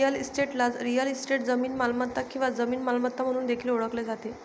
real इस्टेटला real estate, जमीन मालमत्ता किंवा जमीन मालमत्ता म्हणून देखील ओळखले जाते